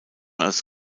als